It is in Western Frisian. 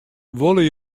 wolle